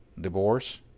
divorce